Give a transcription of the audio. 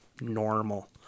normal